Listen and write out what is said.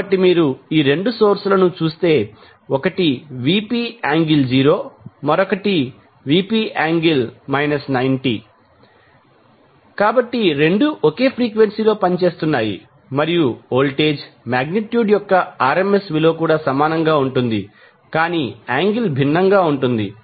కాబట్టి మీరు ఈ 2 సోర్స్ లను చూస్తే ఒకటి Vp∠0 మరొకటిVp∠ 90 కాబట్టి రెండూ ఒకే ఫ్రీక్వెన్సీ లో పనిచేస్తున్నాయి మరియు వోల్టేజ్ మాగ్నిట్యూడ్ యొక్క RMS విలువ కూడా సమానంగా ఉంటుంది కానీ యాంగిల్ భిన్నంగా ఉంటుంది